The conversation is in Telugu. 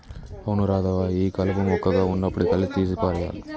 అవును రాధవ్వ ఈ కలుపు మొక్కగా ఉన్నప్పుడే తీసి పారేయాలి